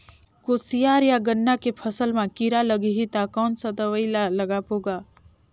कोशियार या गन्ना के फसल मा कीरा लगही ता कौन सा दवाई ला लगाबो गा?